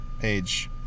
page